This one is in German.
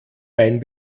mein